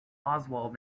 oswald